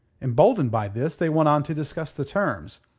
emboldened by this, they went on to discuss the terms.